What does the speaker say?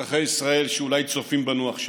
אזרחי ישראל שאולי צופים בנו עכשיו,